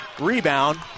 rebound